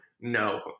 No